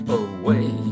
away